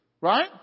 Right